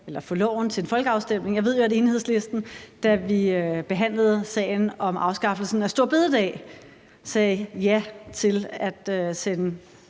at få loven til en folkeafstemning? Jeg ved jo, at Enhedslisten, da vi behandlede afskaffelsen af store bededag, sagde ja til at sende